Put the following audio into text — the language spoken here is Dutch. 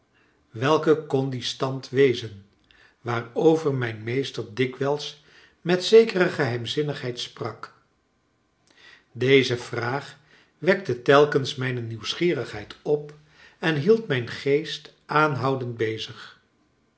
welke kon die stand wezen waarover mijn meester dikwijls met zekere geheimzinnigheid sprak deze vraag wekte telkens mijne nieuwsgierigheid op en hield mijn geest aanhoudend bezig